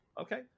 Okay